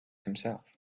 himself